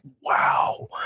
wow